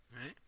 Right